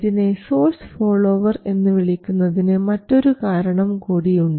ഇതിനെ source follower എന്ന് വിളിക്കുന്നതിന് മറ്റൊരു കാരണം കൂടിയുണ്ട്